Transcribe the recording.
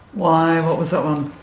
why, what was that one?